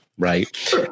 Right